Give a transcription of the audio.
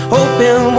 Hoping